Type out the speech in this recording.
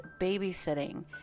babysitting